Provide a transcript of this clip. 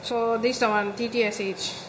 so this the one T_D_S_H